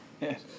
Yes